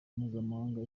mpuzamahanga